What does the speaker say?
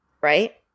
right